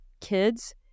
kids